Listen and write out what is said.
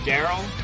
Daryl